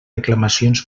reclamacions